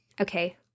okay